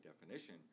definition